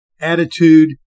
attitude